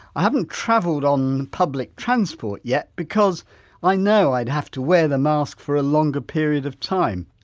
i haven't travelled on public transport yet because i know i'd have to wear the mask for a longer period of time.